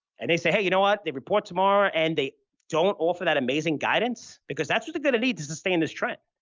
and they say, hey, you know what? they report tomorrow and they don't offer that amazing guidance, because that's what they're going to need to sustain this trend.